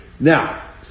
Now